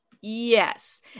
Yes